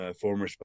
former